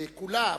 כולה,